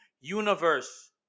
universe